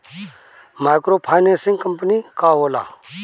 Micro financing का होला?